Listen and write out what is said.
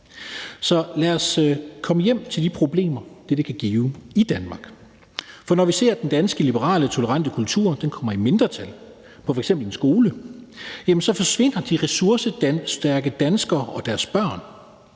Så lad os komme hjem til de problemer, dette kan give i Danmark. Når vi ser, at den danske liberale og tolerante kultur kommer i mindretal på f.eks. en skole, så forsvinder de ressourcestærke danskere og deres børn.